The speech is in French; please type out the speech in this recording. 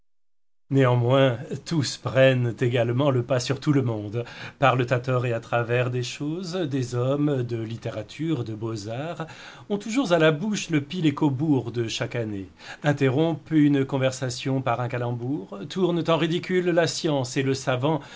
néanmoins tous prennent également le pas sur tout le monde parlent à tort et à travers des choses des hommes de littérature de beaux arts ont toujours à la bouche le pitt et cobourg de chaque année interrompent une conversation par un calembour tournent en ridicule la science et le savant